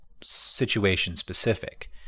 situation-specific